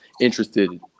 interested